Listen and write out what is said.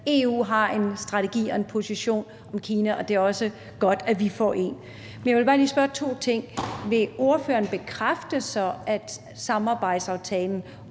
EU har en strategi og en position om Kina, og det er også godt, at vi får en, men jeg vil bare lige spørge om to ting: Vil ordføreren så bekræfte, at samarbejdsaftalen